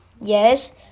Yes